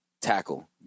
tackle